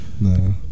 No